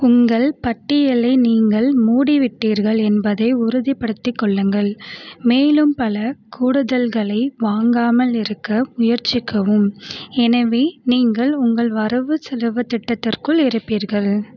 உங்கள் பட்டியலை நீங்கள் மூடிவிட்டீர்கள் என்பதை உறுதிப்படுத்திக் கொள்ளுங்கள் மேலும் பல கூடுதல்களை வாங்காமல் இருக்க முயற்சிக்கவும் எனவே நீங்கள் உங்கள் வரவு செலவுத் திட்டத்திற்குள் இருப்பீர்கள்